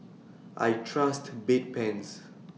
I Trust Bedpans